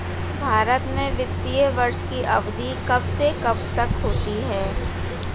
भारत में वित्तीय वर्ष की अवधि कब से कब तक होती है?